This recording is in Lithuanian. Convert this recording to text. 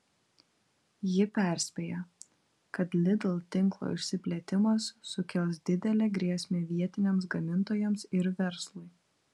ji perspėja kad lidl tinklo išsiplėtimas sukels didelę grėsmę vietiniams gamintojams ir verslui